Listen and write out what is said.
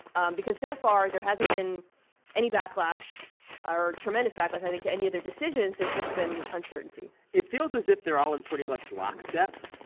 um because so far, there hasn't been any backlash or tremendous backlash, i think, to any of their decisions. there's just been uncertainty it feels as if they're all in pretty much lockstep.